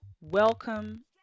welcome